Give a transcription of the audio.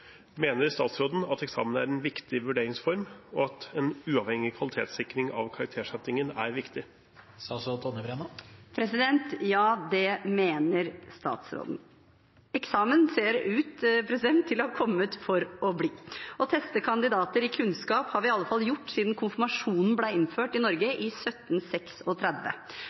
Mener statsråden at eksamen er en viktig vurderingsform, og at en uavhengig kvalitetssikring av karaktersettingen er viktig?» Ja, det mener statsråden. Eksamen ser ut til å ha kommet for å bli. Å teste kandidater i kunnskap har vi i alle fall gjort siden konfirmasjonen ble innført i Norge i